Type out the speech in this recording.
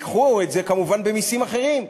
ייקחו את זה כמובן במסים אחרים.